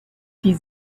die